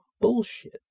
bullshit